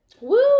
Woo